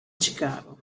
chicago